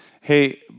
hey